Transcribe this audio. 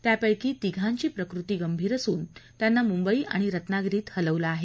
त्यापैकी तिघांची प्रकृती गंभीर असून त्यांना मुंबई आणि रत्नागिरीत हलवलं आहे